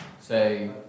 say